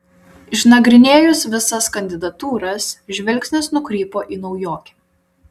išnagrinėjus visas kandidatūras žvilgsnis nukrypo į naujokę